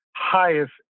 highest